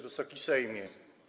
Wysoki Sejmie!